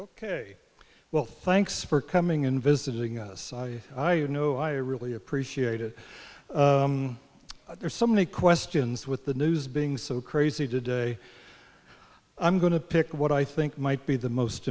ok well thanks for coming and visiting us i you know i really appreciate it there's so many questions with the news being so crazy today i'm going to pick what i think might be the most